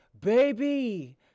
Baby